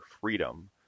freedom